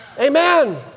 Amen